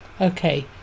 Okay